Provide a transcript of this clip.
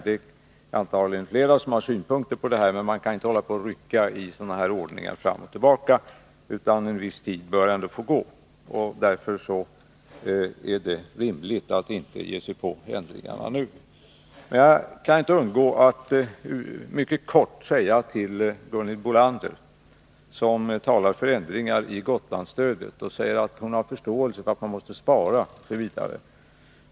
Det är antagligen flera som har synpunkter på den här frågan, men man kan inte hålla på och rucka på dessa ordningar fram och tillbaka, utan en viss tid bör ändå få gå, och därför är det rimligt att inte ge sig på ändringarna nu. Men jag kan inte undgå att mycket kort säga några ord till Gunhild Bolander, som talade för ändringar beträffande Gotlandsstödet och förklarade att hon har förståelse för att man måste spara osv.